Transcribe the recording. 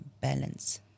balance